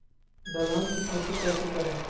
दलहन की खेती कैसे करें?